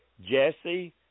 Jesse